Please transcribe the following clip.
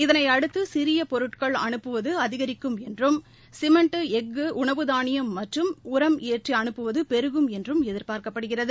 இதனையடுத்து சிறிய பொருட்கள் அனுப்புவது அதிகரிக்கும் என்றும் சிமெண்ட் எஃகு உணவுதானியம் மற்றும் உரம் ஏற்றி அனுப்புவது பெருகும் என்றும் எதிர்பார்க்கப்படுகிறது